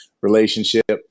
relationship